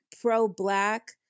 pro-black